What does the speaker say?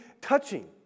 touching